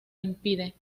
impide